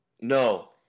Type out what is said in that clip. No